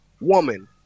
woman